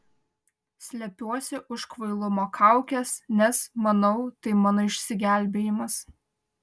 slepiuosi už kvailumo kaukės nes manau tai mano išsigelbėjimas